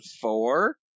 four